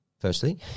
firstly